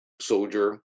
soldier